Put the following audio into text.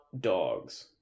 dogs